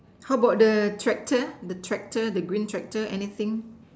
how about the tractor the tractor the green tractor anything